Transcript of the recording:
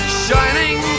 shining